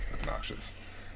obnoxious